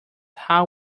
how